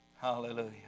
Hallelujah